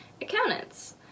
accountants